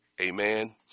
Amen